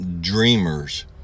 dreamers